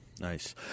Nice